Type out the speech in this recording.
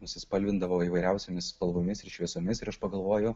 nusispalvindavo įvairiausiomis spalvomis ir šviesomis ir aš pagalvoju